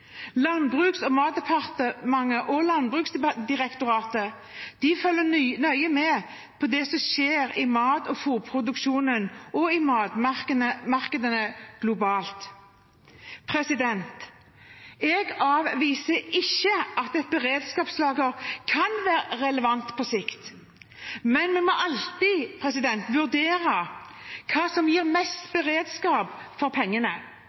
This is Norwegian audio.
Landbruks- og matdepartementet og Landbruksdirektoratet følger nøye med på det som skjer i mat- og fôrproduksjonen og i matmarkedene globalt. Jeg avviser ikke at et beredskapslager kan være relevant på sikt, men vi må alltid vurdere hva som gir mest beredskap for pengene.